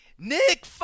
Nick